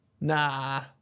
Nah